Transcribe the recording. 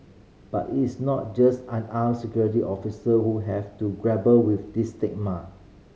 but it is not just unarmed security officer who have to grapple with this stigma